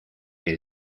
que